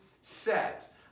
set